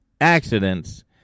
accidents